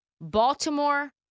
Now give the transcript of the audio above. Baltimore